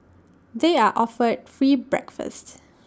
they are offered free breakfasts